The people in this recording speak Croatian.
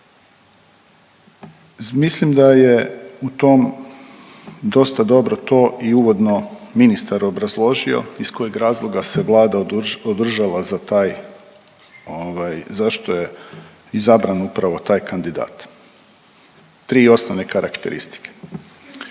Mislim da je u tom dosta dobro to i uvodno ministar obrazložio iz kojeg razloga se Vlada održala za taj ovaj zašto je izabran upravo taj kandidat. Tri osnovne karakteristike.